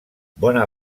bona